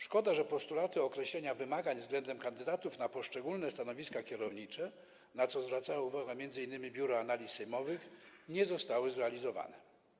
Szkoda, że postulaty określenia wymagań względem kandydatów na poszczególne stanowiska kierownicze, na co zwracało uwagę m.in. Biuro Analiz Sejmowych, nie zostały zrealizowane.